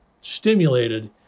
stimulated